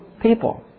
People